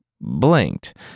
blinked